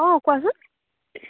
অঁ কোৱা চোন